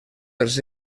dels